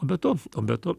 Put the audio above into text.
be to o be to